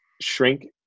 shrink